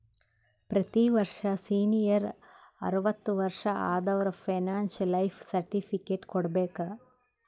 ಪ್ರತಿ ವರ್ಷ ಸೀನಿಯರ್ ಅರ್ವತ್ ವರ್ಷಾ ಆದವರು ಪೆನ್ಶನ್ ಲೈಫ್ ಸರ್ಟಿಫಿಕೇಟ್ ಕೊಡ್ಬೇಕ